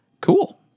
Cool